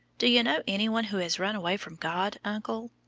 do you know any one who has run away from god, uncle?